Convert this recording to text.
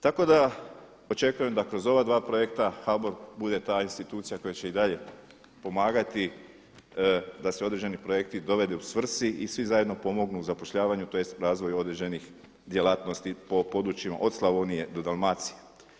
Tako da očekujem da kroz ova dva projekta HBOR bude ta institucija koja će i dalje pomagati da se određeni projekti dovedu svrsi i svi zajedno pomognu u zapošljavanju tj. razvoju određenih djelatnosti po područjima od Slavonije do Dalmacije.